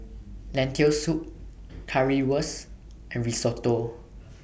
Lentil Soup Currywurst and Risotto